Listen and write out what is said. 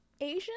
Asian